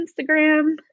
Instagram